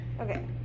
Okay